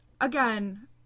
again